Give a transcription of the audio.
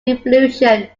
revolution